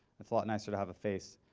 it's a lot nicer to have a face.